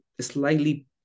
slightly